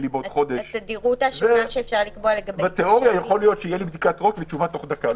בעוד חודש - בתיאוריה יכול להיות שתהיה לי בדיקת רוק עם תשובה תוך דקה.